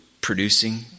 producing